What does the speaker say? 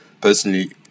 Personally